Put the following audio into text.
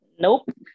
Nope